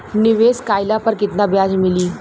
निवेश काइला पर कितना ब्याज मिली?